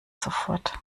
sofort